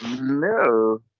No